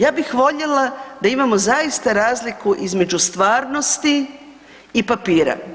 Ja bih voljela da imamo zaista razliku između stvarnosti i papira.